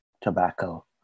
tobacco